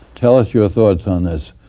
tell us your thoughts on this,